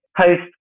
post